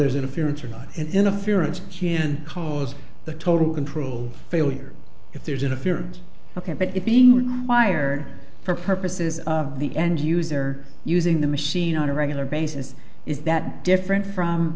there's interference or not interference can cause the total control failure if there's interference ok but it being with wired for purposes of the end user using the machine on a regular basis is that different from